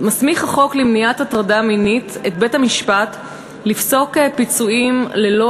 החוק למניעת הטרדה מינית מסמיך את בית-המשפט לפסוק פיצויים ללא